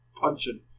punching